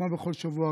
כמו בכל השבוע,